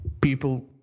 people